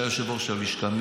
שהיה יושב-ראש הלשכה,